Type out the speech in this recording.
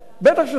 בטח שזכותה.